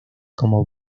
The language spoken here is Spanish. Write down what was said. como